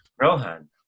Rohan